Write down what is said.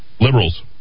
liberals